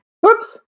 Whoops